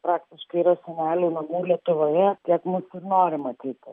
praktiškai yra senelių namų lietuvoje tiek mus ir nori matyti